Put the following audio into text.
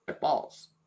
balls